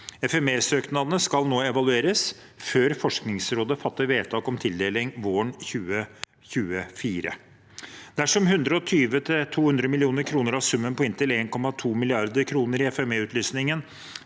FMEsøknadene skal evalueres før Forskningsrådet fatter vedtak om tildeling våren 2024. Dersom 120–200 mill. kr av summen på inntil 1,2 mrd. kr i FME-utlysningen